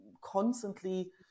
constantly